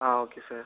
ah okay sir